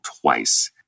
twice